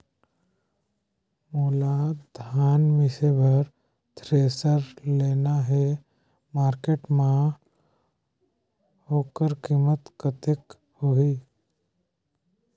मोला धान मिसे बर थ्रेसर लेना हे मार्केट मां होकर कीमत कतेक होही?